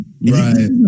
Right